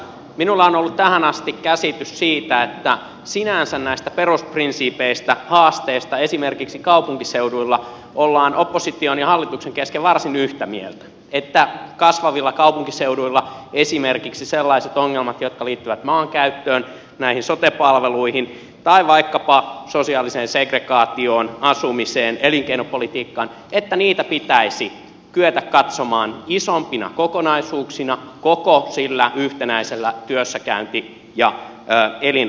minulla on ollut tähän asti se käsitys että sinänsä näistä perusprinsiipeistä haasteista esimerkiksi kaupunkiseuduilla ollaan opposition ja hallituksen kesken varsin yhtä mieltä siitä että kasvavilla kaupunkiseuduilla esimerkiksi sellaisia ongelmia jotka liittyvät maankäyttöön näihin sote palveluihin tai vaikkapa sosiaaliseen segregaatioon asumiseen elinkeinopolitiikkaan pitäisi kyetä katsomaan isompina kokonaisuuksina koko sillä yhtenäisellä työssäkäynti ja elinalueella